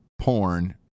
porn